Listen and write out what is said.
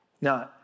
Now